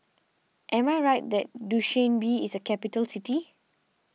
am I right that Dushanbe is a capital city